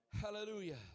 hallelujah